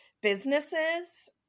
businesses